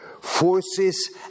forces